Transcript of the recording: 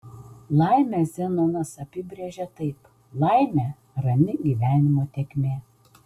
laimę zenonas apibrėžė taip laimė rami gyvenimo tėkmė